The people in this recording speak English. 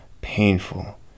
painful